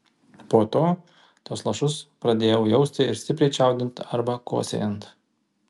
po to tuos lašus pradėjau jausti ir stipriai čiaudint arba kosėjant